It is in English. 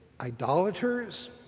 idolaters